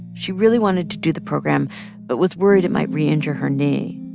she really wanted to do the program but was worried it might reinjure her knee.